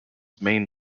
main